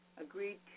agreed